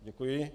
Děkuji.